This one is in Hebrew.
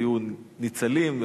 היו ניצלים,